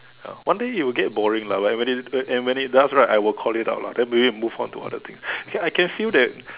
ya one day you'll get boring lah when they and when it does I will call it out lah then we need move on to other thing actually I can feel that